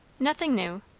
nothing new.